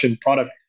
product